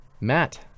Matt